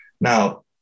Now